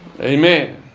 Amen